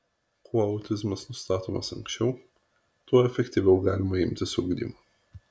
kuo autizmas nustatomas anksčiau tuo efektyviau galima imtis ugdymo